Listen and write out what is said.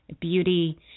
beauty